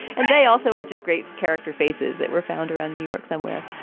and they also are just great character faces that were found around new york somewhere.